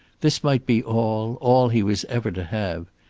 this might be all, all he was ever to have.